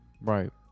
Right